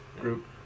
group